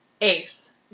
Ace